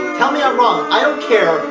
tell me i'm wrong. i don't care,